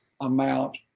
amount